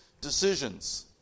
decisions